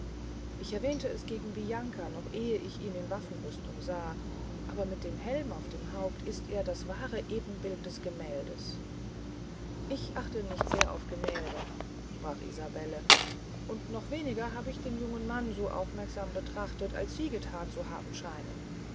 ich erwähnte es gegen bianca noch ehe ich ihn in waffenrüstung sah aber mit dem helm auf dem haupt ist er das wahre ebenbild des gemäldes ich achte nicht viel auf gemälde sprach isabelle und noch weniger hab ich den jungen mann so aufmerksam betrachtet als sie gethan zu haben scheinen